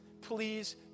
Please